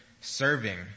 serving